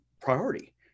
priority